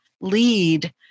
lead